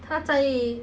她在